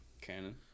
Canon